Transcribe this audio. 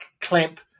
Clamp